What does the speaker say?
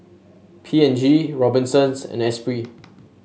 P and G Robinsons and Esprit